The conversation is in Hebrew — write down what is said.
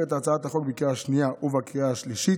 את הצעת החוק בקריאה השנייה ובקריאה השלישית.